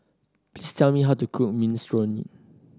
please tell me how to cook Minestrone